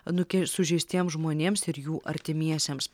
nuke sužeistiems žmonėms ir jų artimiesiems